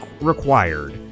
required